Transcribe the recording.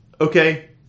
Okay